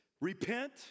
repent